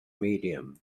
medium